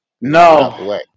No